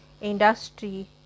industry